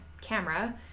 camera